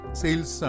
sales